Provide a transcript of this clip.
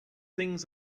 things